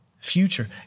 future